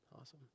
Awesome